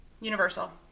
Universal